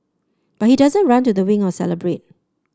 but he doesn't run to the wing or celebrate